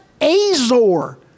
Azor